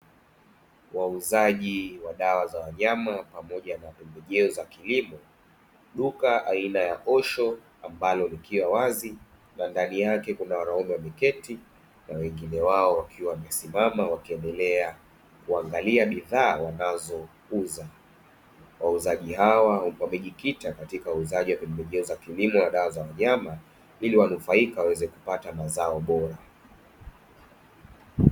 Wauzaji wa dawa za wanyama, pamoja na pembejeo za kilimo; duka aina ya osho, ambalo likiwa wazi na ndani yake kuna wanaume wameketi na wengine wao wakiwa wamesimama wakiendelea kuangalia bidhaa wanazouza. Wauzaji hawa wamejikita katika uuzaji wa pembejeo za kilimo na dawa za wanyama, ili wanufaika waweze kupata mazao bora.